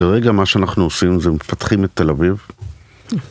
כרגע מה שאנחנו עושים זה מפתחים את תל אביב.